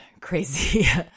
crazy